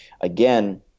again